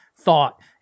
thought